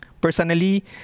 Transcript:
Personally